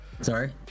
Sorry